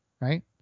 Right